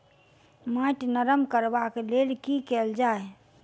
माटि नरम करबाक लेल की केल जाय?